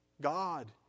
God